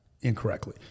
incorrectly